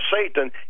Satan